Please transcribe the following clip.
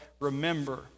remember